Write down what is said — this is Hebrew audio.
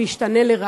וישתנה לרעה.